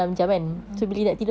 a'ah